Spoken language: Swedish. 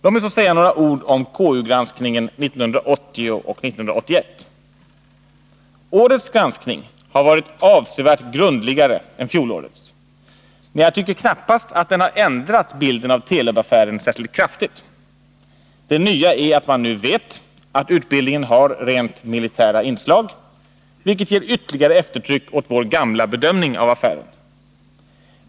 Låt mig så säga några ord om KU-granskningen 1980 och 1981. Årets granskning har varit avsevärt grundligare än fjolårets, men jag tycker knappast att den har ändrat bilden av Telub-affären särskilt kraftigt. Det nya är att man nu vet att utbildningen har rent militära inslag, vilket ger ytterligare eftertryck åt vår gamla bedömning av affären.